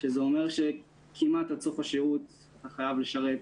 שזה אומר שכמעט עד סוף השירות אתה חייב לשרת